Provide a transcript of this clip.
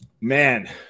man